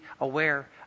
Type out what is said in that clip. aware